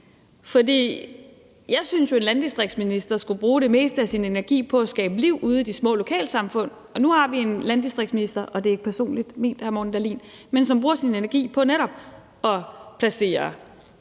jeg synes, at en landdistriktsminister skal bruge det meste af sin energi på at skabe liv ude i de små lokalsamfund. Og nu har vi en landdistriktsminister, og det er ikke personligt ment, som bruger sin energi på netop at placere